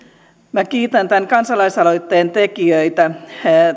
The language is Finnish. minä kiitän tämän kansalaisaloitteen tekijöitä